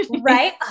Right